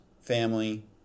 family